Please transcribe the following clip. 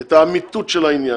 את האמיתות של העניין,